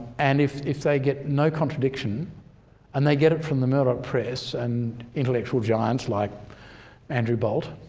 and if if they get no contradiction and they get it from the murdoch press and intellectual giants like andrew bolt